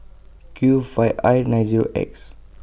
Q five I nine Zero X